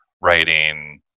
writing